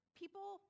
people